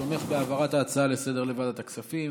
תומך בהעברת ההצעה לסדר לוועדת הכספים,